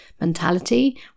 mentality